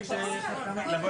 לב,